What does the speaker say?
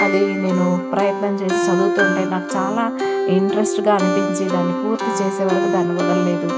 అది నేను ప్రయత్నం చేసి చదువుతుంటే నాకు చాలా ఇంట్రెస్ట్గా అనిపించి దాన్ని పూర్తి చేసే వరకు దాన్ని వదలలేదు